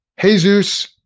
Jesus